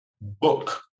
book